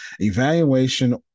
Evaluation